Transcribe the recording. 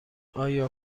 آیا